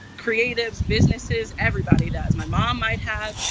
creatives, businesses, everybody does. my mom might have.